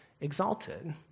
exalted